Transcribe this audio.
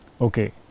okay